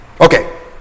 Okay